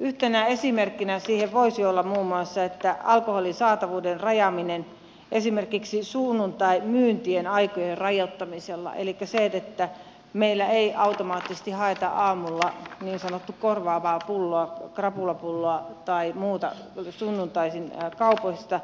yhtenä esimerkkinä siihen voisi olla muun muassa alkoholin saatavuuden rajaaminen esimerkiksi sunnuntaimyynnin aikojen rajoittamisella elikkä se että meillä ei automaattisesti haeta aamulla niin sanottua korvaavaa pulloa krapulapulloa tai muuta sunnuntaisin kaupoista